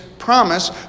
promise